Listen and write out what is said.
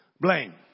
blame